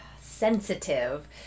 sensitive